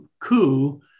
coup